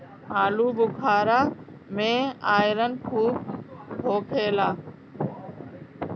आलूबुखारा में आयरन खूब होखेला